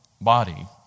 body